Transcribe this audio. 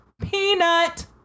Peanut